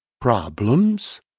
Problems